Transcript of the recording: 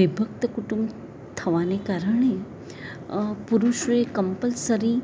વિભક્ત કુટુંબ થવાંને કારણે પુરુષોએ કમ્પલ્સરી